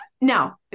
now